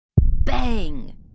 Bang